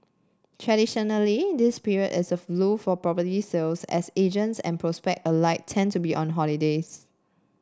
traditionally this period is a lull for property sales as agents and prospect alike tend to be on holidays